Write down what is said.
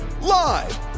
Live